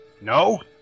No